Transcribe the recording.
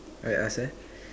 I ask ah